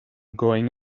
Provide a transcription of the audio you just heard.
going